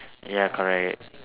ya correct